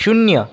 शून्य